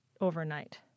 overnight